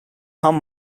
tam